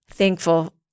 Thankful